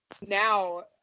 now